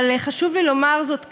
אבל חשוב לי לומר זאת כאן,